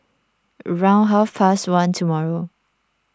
round about half past one tomorrow